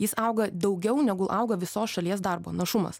jis auga daugiau negu auga visos šalies darbo našumas